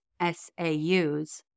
SAUs